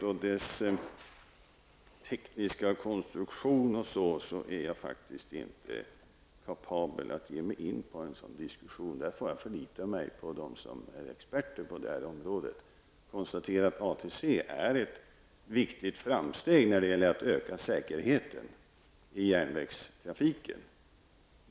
Jag är faktiskt inte kapabel att ge mig in på en diskussion om ATC-systemet och dess tekniska konstruktion, utan jag får förlita mig på dem som är experter på det området. Jag konstaterar att ATC är ett viktigt framsteg när det gäller att öka säkerheten i järnvägstrafiken.